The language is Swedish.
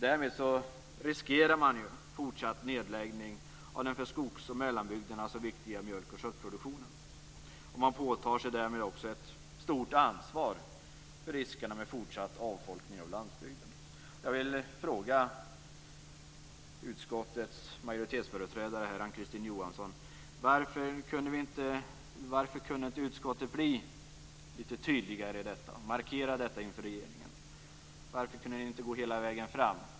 Därmed riskerar man fortsatt nedläggning av den för skogs och mellanbygderna så viktiga mjölkoch köttproduktionen. Man påtar sig därmed ett stort ansvar med riskerna med fortsatt avfolkning av landsbygden. Kristine Johansson: Varför kunde inte utskottet bli litet tydligare och markera detta inför regeringen? Varför kunde inte utskottet gå hela vägen fram?